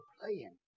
playing